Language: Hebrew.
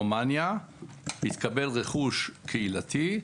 ברומניה התקבל רכוש קהילתי.